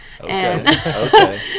Okay